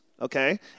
Okay